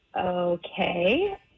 Okay